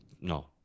no